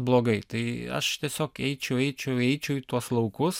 blogai tai aš tiesiog eičiau eičiau eičiau į tuos laukus